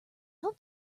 hope